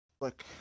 look